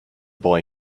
boy